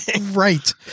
Right